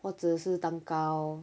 或者是蛋糕